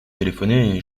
téléphoner